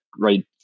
right